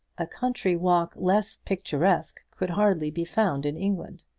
a country walk less picturesque could hardly be found in england.